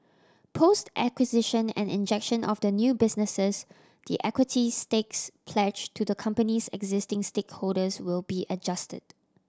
post acquisition and injection of the new businesses the equity stakes pledged to the company's existing stakeholders will be adjusted